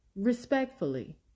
Respectfully